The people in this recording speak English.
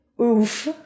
Oof